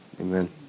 Amen